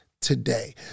today